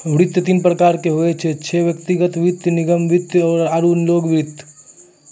वित्त तीन प्रकार रो होय छै व्यक्तिगत वित्त निगम वित्त आरु लोक वित्त